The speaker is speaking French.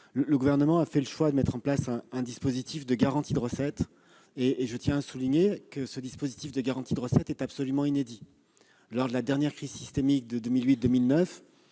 Le Gouvernement a fait le choix de créer un dispositif de garantie de recettes, et je tiens à souligner que ce dispositif est absolument inédit. Lors de la dernière crise systémique de 2008-2009,